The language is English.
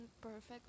perfect